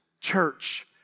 church